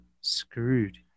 screwed